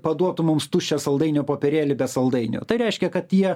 paduotų mums tuščią saldainio popierėlį be saldainio tai reiškia kad jie